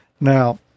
Now